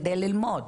כדי ללמוד,